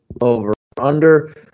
over-under